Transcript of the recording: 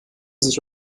sich